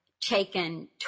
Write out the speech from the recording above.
taken